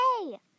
Hey